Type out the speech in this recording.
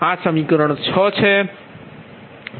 આ સમીકરણ 6